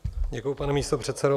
Děkuji, pane místopředsedo.